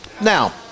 Now